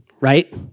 right